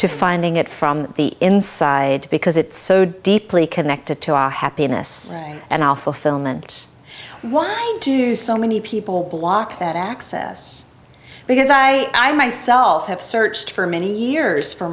to finding it from the inside because it's so deeply connected to our happiness and all fulfillment why do so many people walk that access because i myself have searched for many years for